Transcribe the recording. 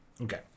Okay